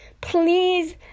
please